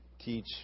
teach